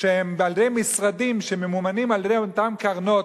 שהם מטעם משרדים שממומנים על-ידי אותן קרנות,